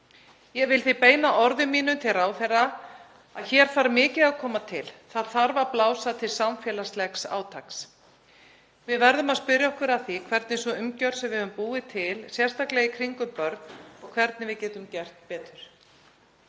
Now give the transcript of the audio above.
Ég vil beina orðum mínum til ráðherra: Hér þarf mikið að koma til, það þarf að blása til samfélagslegs átaks. Við verðum að spyrja okkur að því hvernig sú umgjörð er sem við höfum búið til, sérstaklega í kringum börn, og hvernig við getum gert betur.